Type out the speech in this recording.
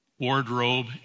wardrobe